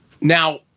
Now